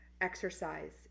exercise